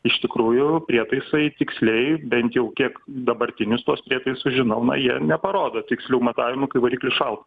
iš tikrųjų prietaisai tiksliai bent jau kiek dabartinius tuos prietaisus žinau na jie neparodo tikslių matavimų kai variklis šaltas